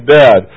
bad